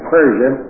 Persia